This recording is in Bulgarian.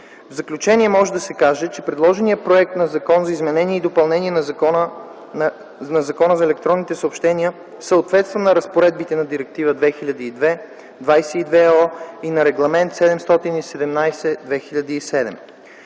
В заключение може да се каже, че предложеният Законопроект за изменение и допълнение на Закона за електронните съобщения съответства на разпоредбите на Директива 2002/22/ЕО и на Регламент 717/2007.